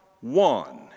one